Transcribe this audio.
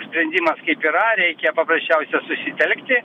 sprendimas kaip yra reikia paprasčiausia susitelkti